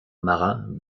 marins